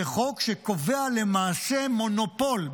זה חוק שקובע למעשה מונופול,